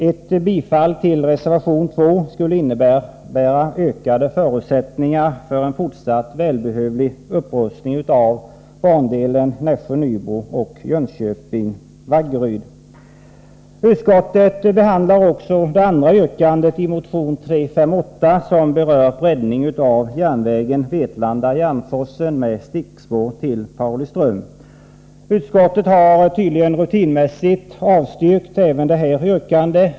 Ett bifall till reservation 2 skulle innebära ökade förutsättningar för en fortsatt välbehövlig upprustning av bandelarna Nässjö-Nybro och Jönköping-Vaggeryd. Utskottet behandlar också det andra yrkandet i motion 358 som berör breddning av järnvägen Vetlanda-Järnforsen med stickspår till Pauliström. Utskottet har tydligen rutinmässigt avstyrkt även det här yrkandet.